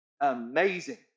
Amazing